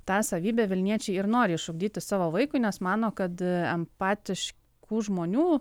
tą savybę vilniečiai ir nori išugdyti savo vaikui nes mano kad empatiškų žmonių